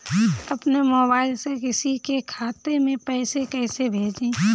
अपने मोबाइल से किसी के खाते में पैसे कैसे भेजें?